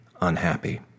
unhappy